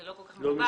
זה לא כל כך מקובל.